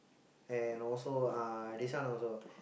and also uh this one also